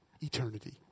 eternity